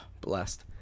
blessed